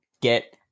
get